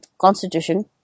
constitution